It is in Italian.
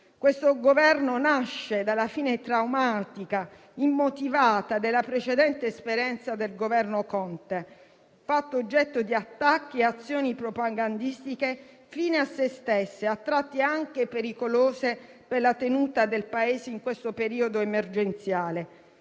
questo Governo nasce dalla fine traumatica e immotivata della precedente esperienza del Governo Conte, fatto oggetto di attacchi e azioni propagandistiche fini a se stesse, a tratti anche pericolose per la tenuta del Paese in questo periodo emergenziale.